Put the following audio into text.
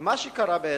אבל מה שקרה בעצם,